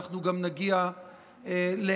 אנחנו גם נגיע להסכמה.